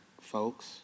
folks